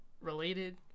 related